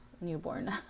newborn